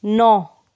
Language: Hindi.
नौ